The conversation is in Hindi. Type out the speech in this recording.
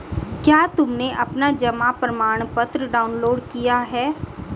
क्या तुमने अपना जमा प्रमाणपत्र डाउनलोड किया है?